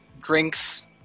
drinks